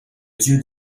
dieu